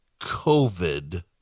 COVID